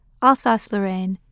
Alsace-Lorraine